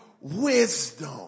wisdom